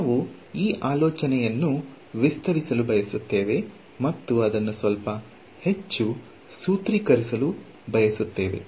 ನಾವು ಈ ಆಲೋಚನೆಯನ್ನು ವಿಸ್ತರಿಸಲು ಬಯಸುತ್ತೇವೆ ಮತ್ತು ಅದನ್ನು ಸ್ವಲ್ಪ ಹೆಚ್ಚು ಸೂತ್ರೀಕರಿಸಲು ಬಯಸುತ್ತೇವೆ